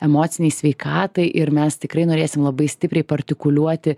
emocinei sveikatai ir mes tikrai norėsim labai stipriai paartikuliuoti